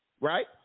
right